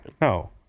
no